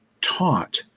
taught